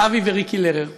אבי וריקי לרר,